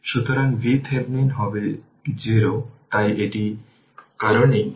সুতরাং v x t vLt L did t